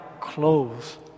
clothes